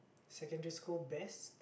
secondary school best